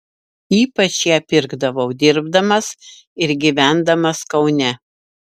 ypač ją pirkdavau dirbdamas ir gyvendamas kaune